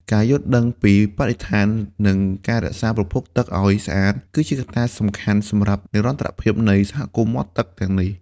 ការយល់ដឹងពីបរិស្ថាន និងការរក្សាប្រភពទឹកឱ្យស្អាត គឺជាកត្តាសំខាន់សម្រាប់និរន្តរភាពនៃសហគមន៍មាត់ទឹកទាំងនេះ។